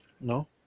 No